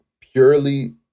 purely